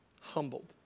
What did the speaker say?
humbled